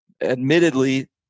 admittedly